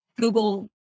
Google